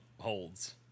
holds